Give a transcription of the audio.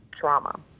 trauma